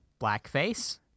Blackface